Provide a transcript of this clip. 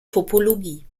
topologie